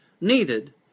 needed